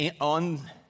on